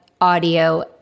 audio